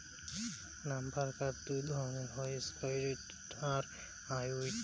lumber কাঠ দুই ধরণের হই সফ্টউড আর হার্ডউড